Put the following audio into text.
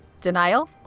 denial